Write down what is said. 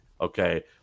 Okay